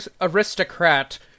aristocrat